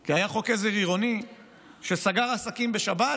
כי היה חוק עזר עירוני שסגר עסקים בשבת,